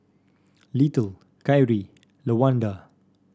Little Kyrie Lawanda